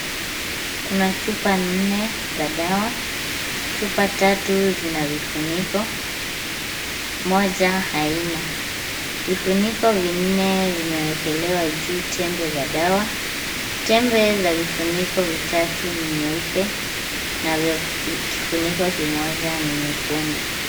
Kuna chupa nne za dawa. Chupa tatu zina vifuniko, moja haina. Vifuniko vinne vimewekelewa juu tembe za dawa, tembe za vifuniko vitatu ni nyeupe, na vya kifuniko kimoja ni nyekundu.